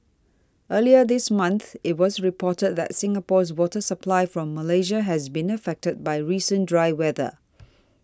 earlier this month it was reported that Singapore's water supply from Malaysia has been affected by recent dry weather